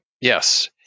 Yes